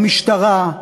במשטרה,